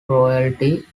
royalty